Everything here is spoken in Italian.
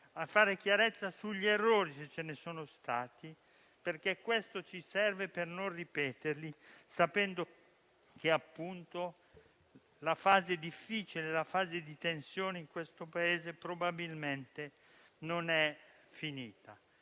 responsabilità e sugli errori, se ce ne sono stati, perché questo ci serve per non ripeterli, sapendo che la fase difficile, la fase di tensione in questo Paese probabilmente non è finita.